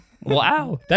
wow